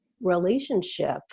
relationship